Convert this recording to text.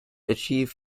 achieve